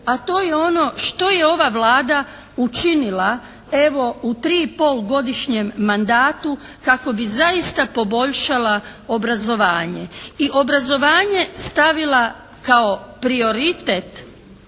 a to je ono što je ova Vlada učinila evo, u tri i pol godišnjem mandatu kako bi zaista poboljšala obrazovanje i obrazovanje stavila kao prioritet,